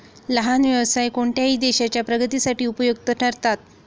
लहान व्यवसाय कोणत्याही देशाच्या प्रगतीसाठी उपयुक्त ठरतात